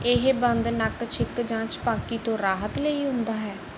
ਇਹ ਬੰਦ ਨੱਕ ਛਿੱਕ ਜਾਂ ਛਪਾਕੀ ਤੋਂ ਰਾਹਤ ਲਈ ਹੁੰਦਾ ਹੈ